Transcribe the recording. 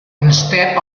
instead